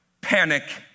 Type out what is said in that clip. panic